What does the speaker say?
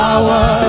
Power